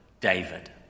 David